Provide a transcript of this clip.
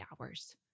hours